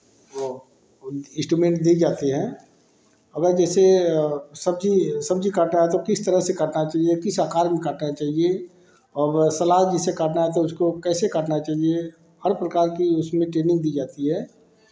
वह इंस्ट्रूमेंट दी जाती हैं अगर जैसे सब्ज़ी सब्ज़ी काटना है तो किस तरह से काटना चहिए किस आकार में कटना चाहिए और सलाद जैसे काटना है तो उसको कैसे काटना चाहिए हर प्रकार की उसमें ट्रेनिंग दी जाती ए